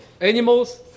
animals